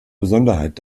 besonderheit